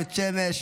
בית שמש,